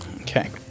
Okay